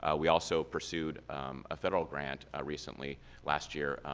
ah we also pursued a federal grant ah recently last year,